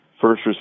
first